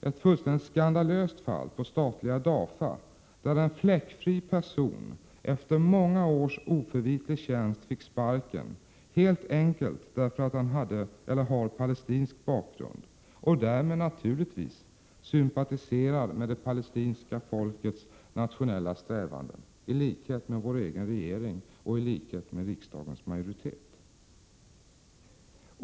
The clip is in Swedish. ett fullständigt skandalöst fall på statliga DAFA, där en fläckfri person efter många års oförvitlig tjänst fick sparken helt enkelt därför att han har palestinsk bakgrund och därmed naturligtvis, i likhet med vår egen regering och riksdagens majoritet, sympatiserar med det palestinska folkets nationella strävanden.